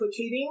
replicating